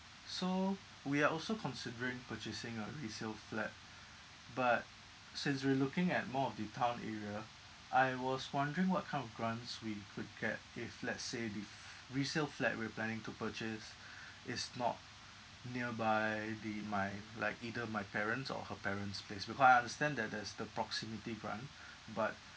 so we are also considering purchasing a resale flat but since we're looking at more of the town area I was wondering what kind of grants we could get if let's say the f~ resale flat we're planning to purchase is not nearby the my like either my parents' or her parents' place because I understand that there's the proximity grant but